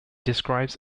describes